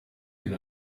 been